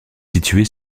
située